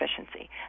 efficiency